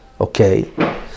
okay